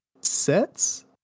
Sets